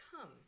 come